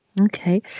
Okay